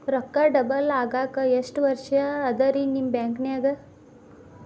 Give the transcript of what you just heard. ರೊಕ್ಕ ಡಬಲ್ ಆಗಾಕ ಎಷ್ಟ ವರ್ಷಾ ಅದ ರಿ ನಿಮ್ಮ ಬ್ಯಾಂಕಿನ್ಯಾಗ?